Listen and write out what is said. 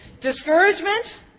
Discouragement